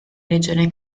regione